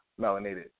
melanated